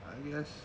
I guess